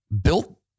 built